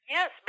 Yes